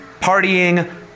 partying